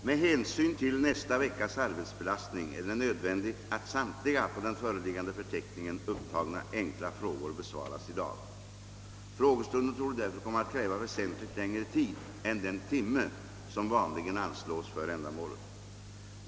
Med hänsyn till nästa veckas arbetsbelastning är det nödvändigt att samtliga på den föreliggande förteckningen upptagna enkla frågor besvaras i dag. Frågestunden torde därför komma att kräva väsentligt längre tid än den timme som vanligen anslås för ändamålet.